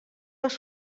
les